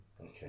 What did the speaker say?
Okay